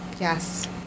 yes